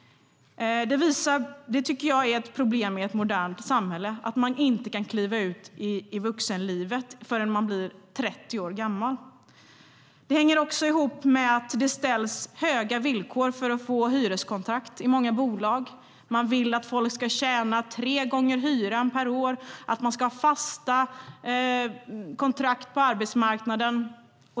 Det är ett problem i ett modernt samhälle att man inte kan kliva ut i vuxenlivet förrän man blir 30 år gammal. Detta hänger också ihop med att det ställs höga villkor för att få hyreskontrakt i många bolag. Man vill att folk ska tjäna tre gånger hyran per år och ha fasta kontrakt på arbetsmarknaden.